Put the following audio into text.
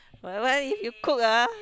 whatever you cook ah